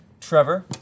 Trevor